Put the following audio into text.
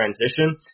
transition